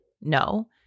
No